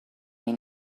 ein